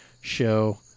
show